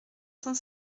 cent